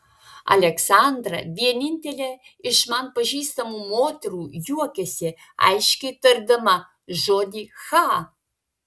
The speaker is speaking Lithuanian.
aleksandra vienintelė iš man pažįstamų moterų juokiasi aiškiai tardama žodį cha